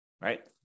right